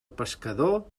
pescador